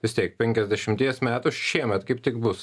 vis tiek penkiasdešimties metų šiemet kaip tik bus